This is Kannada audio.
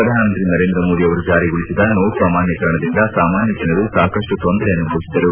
ಪ್ರಧಾನಮಂತ್ರಿ ನರೇಂದ್ರ ಮೋದಿ ಅವರು ಜಾರಿಗೊಳಿಸಿದ ನೋಟು ಅಮಾನ್ಯೀಕರಣದಿಂದ ಸಾಮಾನ್ಯ ಜನರು ಸಾಕಷ್ಟು ತೊಂದರೆ ಅನುಭವಿಸಿದರು